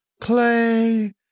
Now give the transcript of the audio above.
Clay